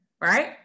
right